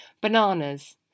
Bananas